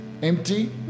empty